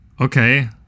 Okay